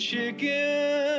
Chicken